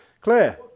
Claire